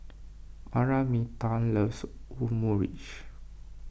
Araminta loves Omurice